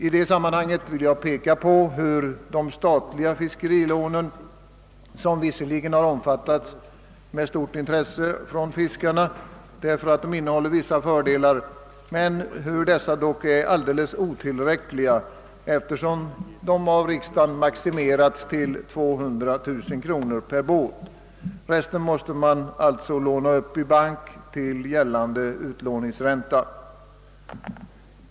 I detta sammanhang vill jag peka på hur de statliga fiskerilånen — som visserligen har omfattats med stort intresse bland fiskarna därför att de innebär vissa fördelar — dock är alldeles otillräckliga, eftersom de av riksdagen har maximerats till 200 000 kronor per båt. Resten måste man alltså låna upp i bank till gällande utlåningsränta.